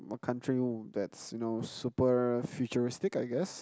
a country that's you know super futuristic I guess